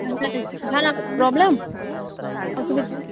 ᱡᱟᱦᱟᱱᱟᱜ ᱯᱚᱨᱚᱵᱮᱞᱮᱢ ᱚᱥᱩᱵᱤᱫᱟ